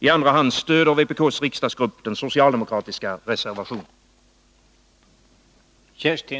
I andra hand stöder vpk:s riksdagsgrupp den socialdemokratiska reservationen.